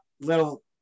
Little